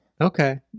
okay